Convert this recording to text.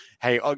hey